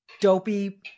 dopey